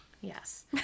Yes